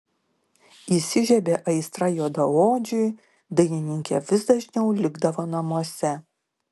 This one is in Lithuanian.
įsižiebė aistra juodaodžiui dainininkė vis dažniau likdavo namuose